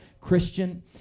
Christian